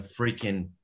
freaking